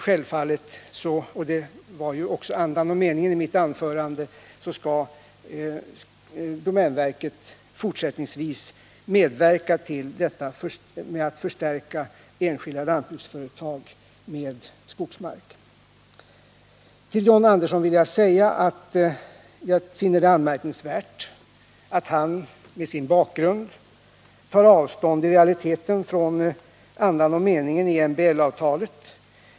Självfallet — och det var också andan och meningen i mitt anförande — skall domänverket fortsättningsvis medverka till att förstärka enskilda lantbruksföretag med ytterligare skogsmark. Jag finner det anmärkningsvärt att John Andersson med sin bakgrund i realiteten tar avstånd från andan och meningen i MBL-avtalet.